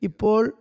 Ipol